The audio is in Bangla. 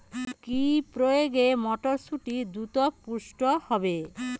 কি প্রয়োগে মটরসুটি দ্রুত পুষ্ট হবে?